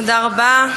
תודה רבה,